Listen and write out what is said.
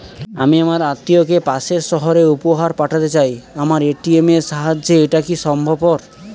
আমি আমার আত্মিয়কে পাশের সহরে উপহার পাঠাতে চাই আমার এ.টি.এম এর সাহায্যে এটাকি সম্ভবপর?